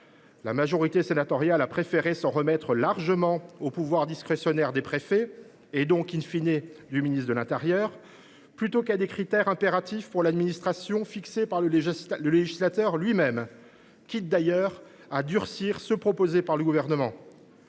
La majorité sénatoriale a préféré s’en remettre largement au pouvoir discrétionnaire des préfets – et donc,, du ministre de l’intérieur – plutôt qu’à des critères impératifs pour l’administration, fixés par le législateur lui même, quitte, d’ailleurs, à durcir ceux que le Gouvernement